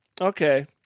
Okay